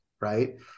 right